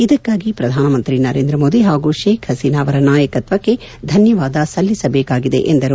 ಇದಕ್ಕಾಗಿ ಪ್ರಧಾನಮಂತ್ರಿ ನರೇಂದ್ರ ಮೋದಿ ಹಾಗೂ ಶೇಕ್ ಹಸೀನಾ ಅವರ ನಾಯಕತ್ವಕ್ಕೆ ಧನ್ವವಾದ ಸಲ್ಲಿಸಬೇಕಾಗಿದೆ ಎಂದರು